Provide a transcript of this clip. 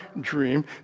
dream